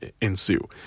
ensue